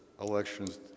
elections